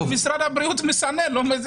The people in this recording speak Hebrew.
משרד הבריאות מסנן.